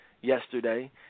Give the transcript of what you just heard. yesterday